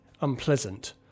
unpleasant